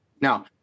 Now